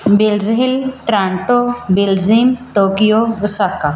ਬਿਲਜਹਿੱਲ Toronto Beijing Tokyo ਵਸਾਕਾ